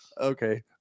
Okay